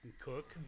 Cook